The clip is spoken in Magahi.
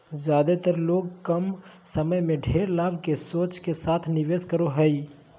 ज्यादेतर लोग कम समय में ढेर लाभ के सोच के साथ निवेश करो हइ